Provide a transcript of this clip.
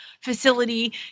facility